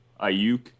Ayuk